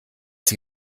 sie